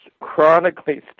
chronically